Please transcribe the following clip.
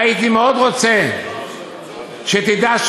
"הייתי מאוד רוצה כי תדע,